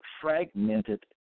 fragmented